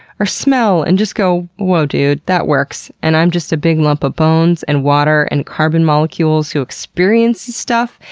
or smell, and just go, woah dude. that works, and i am just a big lump of bones, and water, and carbon molecules who experiences stuff,